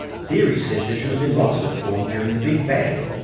theory says there should have been lots of it formed during the big bang.